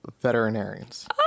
veterinarians